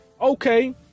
Okay